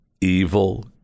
evil